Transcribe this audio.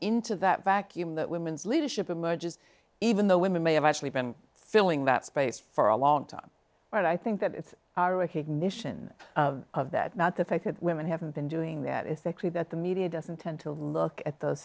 into that vacuum that women's leadership emerges even though women may have actually been filling that space for a long time but i think that our recognition of that about the fact that women haven't been doing that is that true that the media doesn't tend to look at those